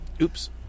oops